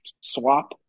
swap